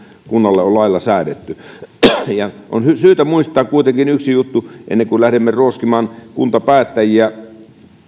kunnalle on lailla säädetty on syytä muistaa kuitenkin yksi juttu ennen kuin lähdemme ruoskimaan kuntapäättäjiä